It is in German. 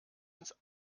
ins